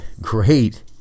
great